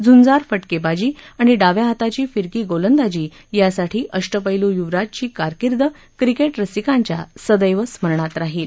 झूंजार फटकेबाजी आणि डाव्या हाताची फिरकी गोलंदाजी यासाठी अष्टपैलू य्वराजची कारकीर्द क्रिकेटरसिकांच्या सदैव स्मरणात राहील